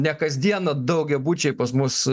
ne kasdieną daugiabučiai pas mus